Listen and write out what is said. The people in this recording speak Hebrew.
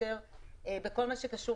בכל מה שקשור